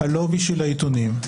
הלובי של העיתונים.